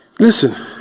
Listen